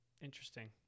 interesting